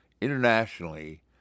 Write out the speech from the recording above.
internationally